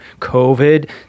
COVID